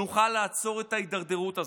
נוכל לעצור את ההידרדרות הזאת,